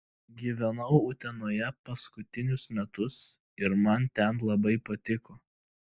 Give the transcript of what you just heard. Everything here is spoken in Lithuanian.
gyvenau utenoje paskutinius metus ir man ten labai patiko